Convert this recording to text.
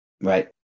right